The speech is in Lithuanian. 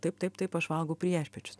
taip taip taip aš valgau priešpiečius